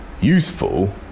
useful